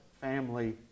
family